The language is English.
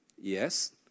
yes